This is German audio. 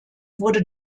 wurde